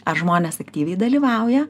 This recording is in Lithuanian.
ar žmonės aktyviai dalyvauja